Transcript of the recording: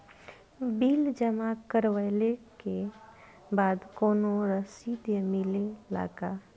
Bill जमा करवले के बाद कौनो रसिद मिले ला का?